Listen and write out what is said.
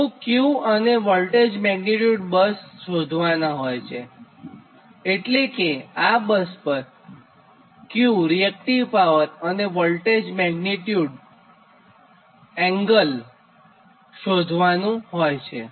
તો Q અને voltage magnitude angle શોધવાનાં હોય છે